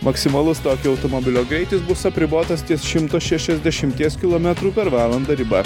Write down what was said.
maksimalus tokio automobilio greitis bus apribotas ties šimto šešiasdešimties kilometrų per valandą riba